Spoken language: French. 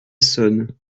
essonnes